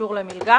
אישור למלגה